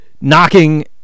knocking